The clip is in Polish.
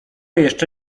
jeszcze